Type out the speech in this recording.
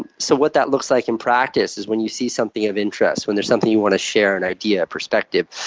so what that looks like in practice is when you see something of interest, when there's something you want to share an idea, a perspective,